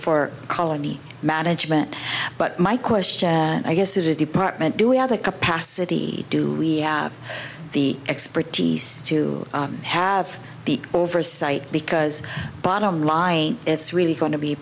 for colony management but my question i guess to department do we have the capacity do we have the expertise to have the oversight because bottom line it's really going to be